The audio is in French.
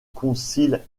council